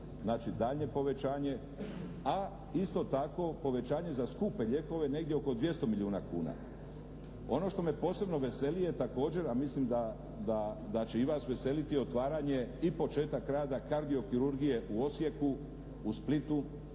znači daljnje povećanje, a isto tako povećanje za skupe lijekove negdje oko 200 milijuna kuna. Ono što me posebno veseli je također, a mislim da će i vas veseliti, otvaranje i početak rada kardiokirurgije u Osijeku, u Splitu